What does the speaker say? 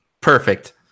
Perfect